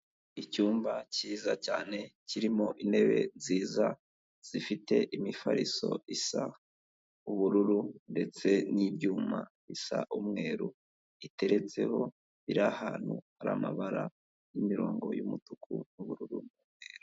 Icyumba cyiza cyane, kirimo intebe nziza zifite imifariso isa ubururu, ndetse n'ibyuma bisa umweru iteretseho, iri ahantu hari amabara y'imirongo y'umutuku n'ubururu.